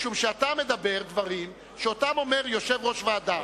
משום שאתה מדבר דברים שאותם אומר יושב-ראש ועדה